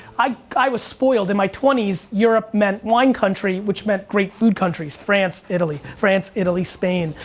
i i was spoiled in my twenty s europe meant wine country which meant great food countries, france, italy, france, italy, spain,